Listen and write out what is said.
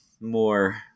more